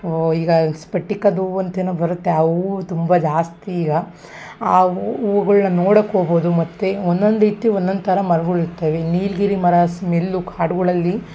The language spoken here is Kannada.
ಓ ಈಗ ಸ್ಪಟಿಕದ ಹೂವು ಅಂತೇನೋ ಬರುತ್ತೆ ಆ ಹೂವು ತುಂಬ ಜಾಸ್ತಿ ಈಗ ಆ ಹೂಗುಳ್ನ ನೋಡಕ್ಕೆ ಹೋಗೋದು ಮತ್ತು ಒಂದೊಂದು ರೀತಿ ಒಂದೊಂದು ಥರ ಮರ್ಗಳು ಇರ್ತವೆ ನೀಲಗಿರಿ ಮರ ಸ್ಮೆಲ್ಲು ಕಾಡುಗಳಲ್ಲಿ